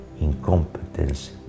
incompetence